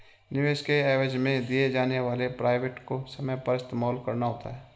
निवेश के एवज में दिए जाने वाले पॉइंट को समय पर इस्तेमाल करना होता है